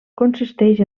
consisteix